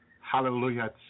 hallelujah